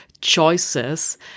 choices